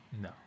No